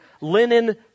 linen